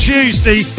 Tuesday